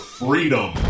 freedom